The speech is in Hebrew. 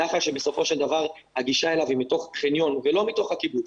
נחלש בסופו שלדבר הגישה אליו היא מתוך חניון ולא מתוך הקיבוץ,